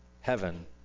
heaven